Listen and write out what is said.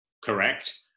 Correct